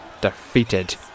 defeated